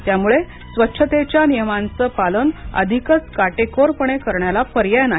त्यामुळे स्वच्छतेच्या नियमांचं पालन अधिकच काटेकोरपणे करण्याला पर्याय नाही